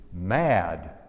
mad